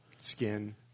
Skin